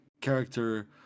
character